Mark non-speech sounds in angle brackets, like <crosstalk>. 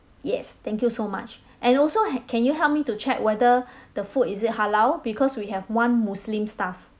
yes thank you so much <breath> and also he~ can you help me to check whether <breath> the food is it halal because we have one muslim staff